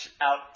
out